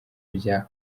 bya